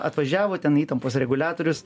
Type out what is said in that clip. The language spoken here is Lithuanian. atvažiavo ten įtampos reguliatorius